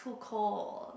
too cold